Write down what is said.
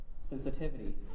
sensitivity